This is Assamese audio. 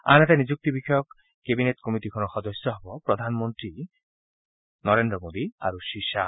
আনহাতে নিযুক্তি বিষয়ক কেবিনেট কমিটিখনৰ সদস্য হব প্ৰধানমন্ত্ৰী নৰেড্ৰ মোদী আৰু শ্ৰীশ্বাহ